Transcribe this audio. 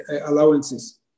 allowances